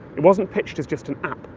it wasn't pitched as just an app,